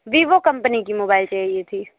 Vivo company की mobile चाहिए थी